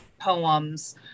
poems